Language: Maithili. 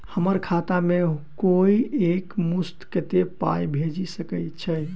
हम्मर खाता मे कोइ एक मुस्त कत्तेक पाई भेजि सकय छई?